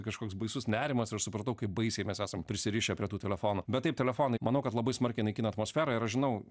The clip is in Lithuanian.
kažkoks baisus nerimas ir aš supratau kaip baisiai mes esam prisirišę prie tų telefonų bet taip telefonai manau kad labai smarkiai naikina atmosferą ir aš žinau